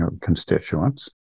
constituents